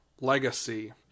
legacy